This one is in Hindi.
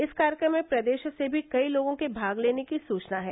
इस कार्यक्रम में प्रदेश से भी कई लोगों के भाग लेने की सूचना है